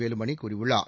வேலுமணி கூறியுள்ளார்